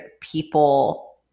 people